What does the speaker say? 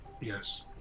Yes